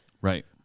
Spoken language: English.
Right